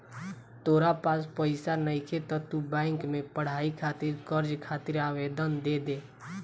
तोरा पास पइसा नइखे त तू बैंक में पढ़ाई खातिर कर्ज खातिर आवेदन दे दे